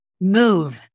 move